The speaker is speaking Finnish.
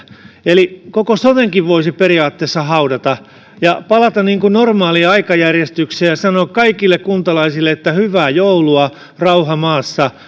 eli koko sotenkin voisi periaatteessa haudata ja palata niin kuin normaaliin aikajärjestykseen ja sanoa kaikille kuntalaisille että hyvää joulua rauha maassa